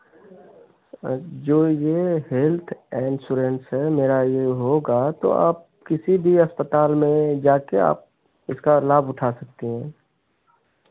जो ये health insurance है मेरा ये होगा तो आप किसी भी अस्पताल में जाके आप इसका लाभ उठा सकती हैं